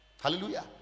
Hallelujah